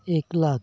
ᱮᱠ ᱞᱟᱠᱷ